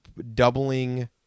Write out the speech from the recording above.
doubling